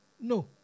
No